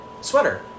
sweater